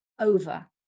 over